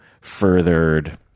furthered